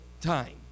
time